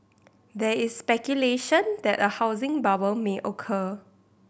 there is speculation that a housing bubble may occur